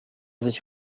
sich